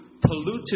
polluted